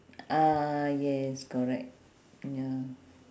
ah yes correct ya